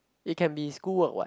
it can be school work what